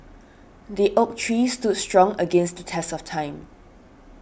the oak tree stood strong against the test of time